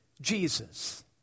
Jesus